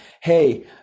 hey